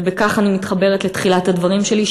ובכך אני מתחברת לתחילת הדברים שלי,